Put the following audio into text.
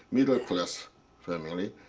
middle-class family,